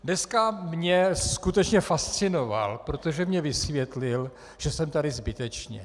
Dneska mě skutečně fascinoval, protože mi vysvětlil, že jsem tady zbytečně.